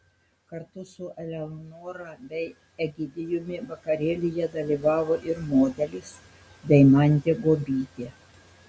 kartu su eleonora bei egidijumi vakarėlyje dalyvavo ir modelis deimantė guobytė